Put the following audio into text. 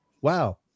wow